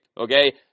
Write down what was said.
Okay